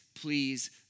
please